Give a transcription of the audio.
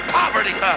poverty